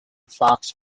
fox